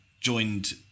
joined